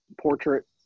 portrait